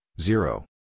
zero